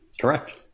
correct